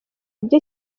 ibyo